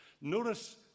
Notice